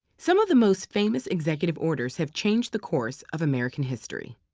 some of the most famous executive orders have changed the course of american history.